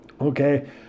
Okay